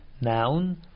noun